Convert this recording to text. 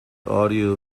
audio